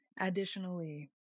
Additionally